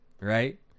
right